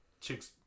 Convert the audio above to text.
chick's